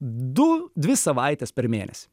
du dvi savaites per mėnesį